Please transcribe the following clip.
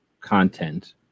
content